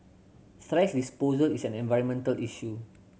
thrash disposal is an environmental issue